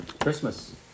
Christmas